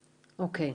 אוקיי.